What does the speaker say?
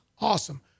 Awesome